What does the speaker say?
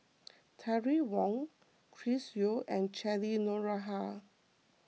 Terry Wong Chris Yeo and Cheryl Noronha